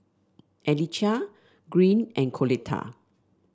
Alycia Green and Coletta